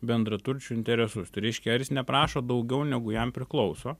bendraturčių interesus tai reiškia ar jis neprašo daugiau negu jam priklauso